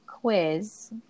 quiz